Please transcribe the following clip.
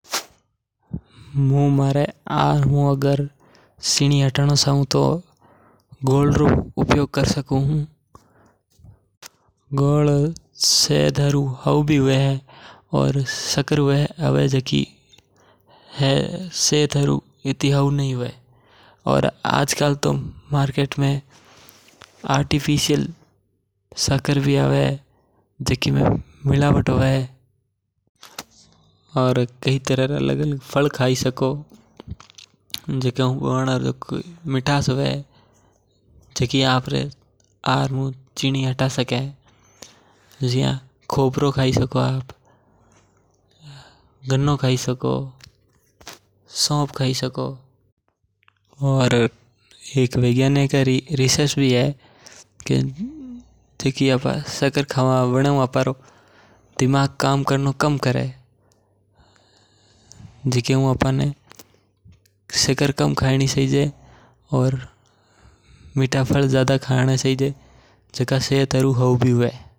मू मारे आहार में शक्कर हटाणो चाहूं तो गूळ रो उपयोग करी सको वणे हू काई हवे की गूळ मणका रे शरीर हरु हौ हुए। और आजकल तो मार्केट में आर्टिफिशियल शक्कर भी आवे जिका हू माणक आपरे आहार में छिनी हटाई सको। ईयू तो आप खोपड़ो खाई सको और सौंफ खाई सको गन्नो खाई सको। और घणा ऐसा फल फ्रूट ह जिका हू भी आप आहार में छिनी हटाई सको।